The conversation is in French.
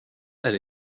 elle